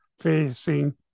facing